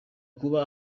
kuba